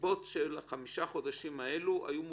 שהסיבות של החמישה חודשים האלה היו מוצדקות,